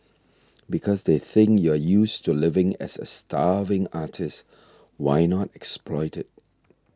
because they think you're used to living as a starving artist why not exploit it